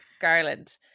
Garland